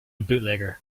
bootlegger